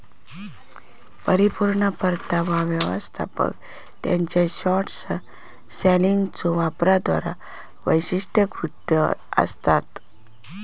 परिपूर्ण परतावा व्यवस्थापक त्यांच्यो शॉर्ट सेलिंगच्यो वापराद्वारा वैशिष्ट्यीकृत आसतत